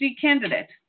candidate